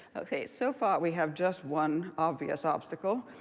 okay. so far we have just one obvious obstacle.